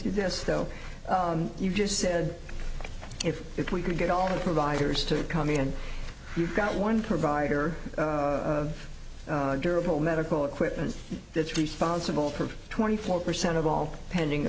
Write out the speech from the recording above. though you just said if if we could get all the providers to come in you've got one provider durable medical equipment that's responsible for twenty four percent of all pending